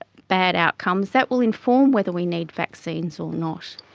bad outcomes, that will inform whether we need vaccines or not.